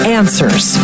answers